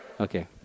Okay